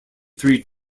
three